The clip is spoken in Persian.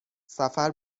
سفر